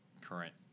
current